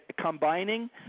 combining